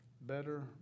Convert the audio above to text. better